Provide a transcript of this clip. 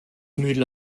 mädel